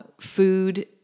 food